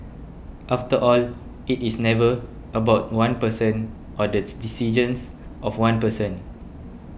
after all it is never about one person or this decisions of one person